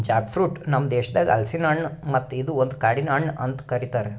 Jack fruit ನಮ್ ದೇಶದಾಗ್ ಹಲಸಿನ ಹಣ್ಣು ಮತ್ತ ಇದು ಒಂದು ಕಾಡಿನ ಹಣ್ಣು ಅಂತ್ ಕರಿತಾರ್